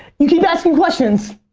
you keep asking questions,